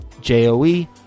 J-O-E